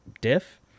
diff